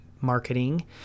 marketing